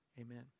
amen